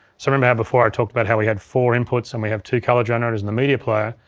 so remember how before i talked about how we had four inputs and we have two color generators and the media player,